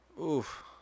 Oof